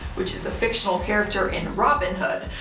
which is a fictional character in robin hood.